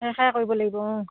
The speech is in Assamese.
কৰিব লাগিব অঁ